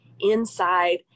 inside